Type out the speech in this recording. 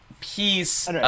piece –